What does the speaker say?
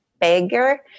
bigger